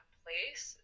place